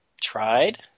tried